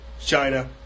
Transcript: China